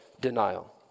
denial